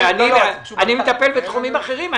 אני מטפל בתחומים אחרים.